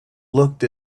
looked